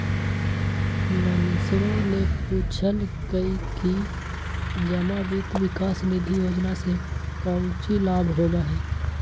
मनीषवा ने पूछल कई कि जमा वित्त विकास निधि योजना से काउची लाभ होबा हई?